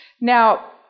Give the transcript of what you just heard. Now